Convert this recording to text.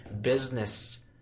business